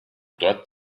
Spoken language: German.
dort